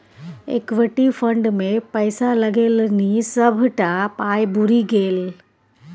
equity fund मे पैसा लगेलनि सभटा पाय बुरि गेल